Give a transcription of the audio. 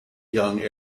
young